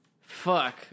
Fuck